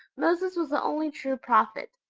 moses was the only true prophet.